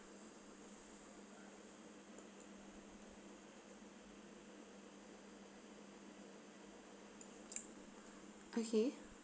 okay